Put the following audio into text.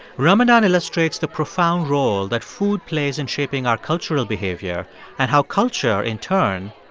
ramadan illustrates the profound role that food plays in shaping our cultural behavior and how culture, in turn,